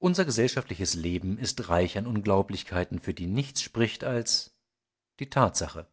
unser gesellschaftliches leben ist reich an unglaublichkeiten für die nichts spricht als die tatsache